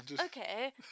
okay